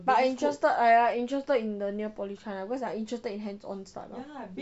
but I interested I interested in the ngee ann poly kind lah because I interested in hands on stuff [what]